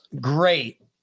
great